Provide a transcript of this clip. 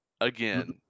again